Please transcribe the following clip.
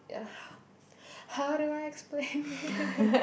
ugh how do I explain this